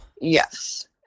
Yes